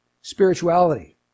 Spirituality